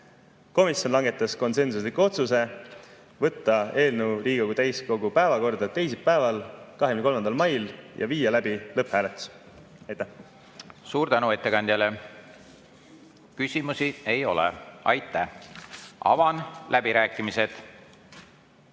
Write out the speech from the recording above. Komisjon langetas konsensusliku otsuse võtta eelnõu Riigikogu täiskogu teisipäeva, 23. mai päevakorda ja viia läbi lõpphääletus. Aitäh! Suur tänu ettekandjale! Küsimusi ei ole. Aitäh! Avan läbirääkimised.